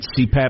CPAP